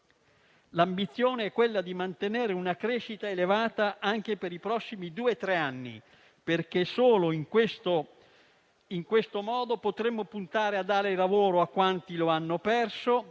L'ambizione è di mantenere una crescita elevata anche per i prossimi due o tre anni, perché solo in questo modo potremo puntare a dare lavoro a quanti lo hanno perso